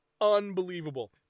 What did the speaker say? unbelievable